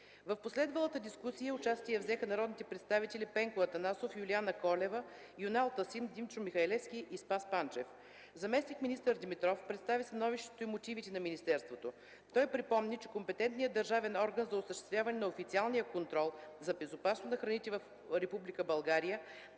В последвалата дискусия участие взеха народните представители Пенко Атанасов, Юлиана Колева, Юнал Тасим, Димчо Михалевски и Спас Панчев. Заместник-министърът Димитров представи становището и мотивите на министерството. Той припомни, че компетентният държавен орган за осъществяване на официален контрол за безопасност на храните в